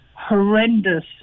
horrendous